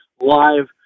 live